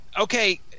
okay